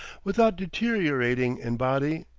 without deteriorating in body,